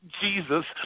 Jesus